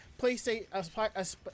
PlayStation